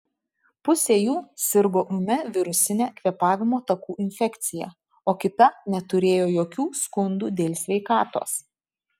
pusė jų sirgo ūmia virusine kvėpavimo takų infekcija o kita neturėjo jokių skundų dėl sveikatos